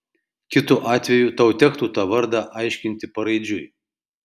kitu atveju tau tektų tą vardą aiškinti paraidžiui